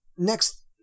Next